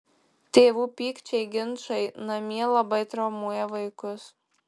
tėvų pykčiai ginčai namie labai traumuoja vaikus